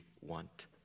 want